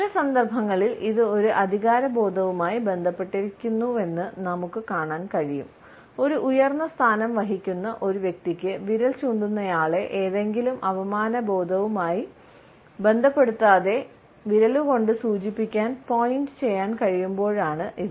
ചില സന്ദർഭങ്ങളിൽ ഇത് ഒരു അധികാരബോധവുമായി ബന്ധപ്പെട്ടിരിക്കുന്നുവെന്ന് നമുക്ക് കാണാൻ കഴിയും ഒരു ഉയർന്ന സ്ഥാനം വഹിക്കുന്ന ഒരു വ്യക്തിക്ക് വിരൽ ചൂണ്ടുന്നയാളെ ഏതെങ്കിലും അപമാനബോധവുമായി ബന്ധപ്പെടുത്താതെ വിരലുകൊണ്ട് സൂചിപ്പിക്കാൻ പോയിൻറ് ചെയ്യാൻ കഴിയുമ്പോഴാണ് ഇത്